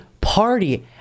party